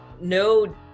no